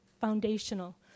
foundational